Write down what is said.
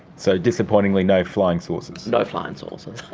so, disappointingly no flying saucers. no flying saucers.